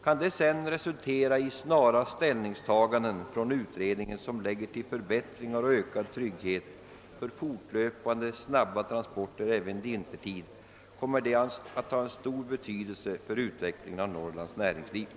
Kan detta sedan resultera i snara ställningstaganden från utredningen, som leder till förbättringar och ökad trygghet för fortlöpande, snabba transporter även vintertid, kommer detta att ha stor betydelse för utvecklingen av Norrlands näringsliv.